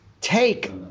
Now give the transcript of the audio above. take